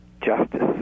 justice